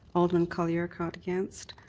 alderman colley-urquhart against,